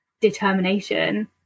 determination